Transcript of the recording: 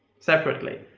separately.